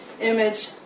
image